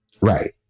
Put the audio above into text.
Right